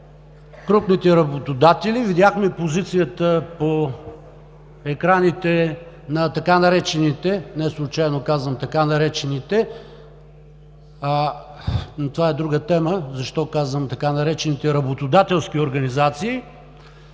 крупните работодатели. Видяхме позицията по екраните на така неречените, неслучайно казвам „така наречените“, но това е друга тема. Защо казвам „така наречените работодателски организации“,